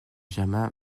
germain